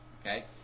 okay